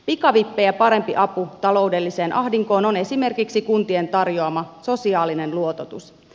pikavippejä parempi apu ta loudelliseen ahdinkoon on esimerkiksi kuntien tarjoama sosiaalinen luototus